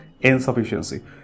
insufficiency